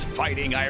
fighting